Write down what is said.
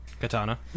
Katana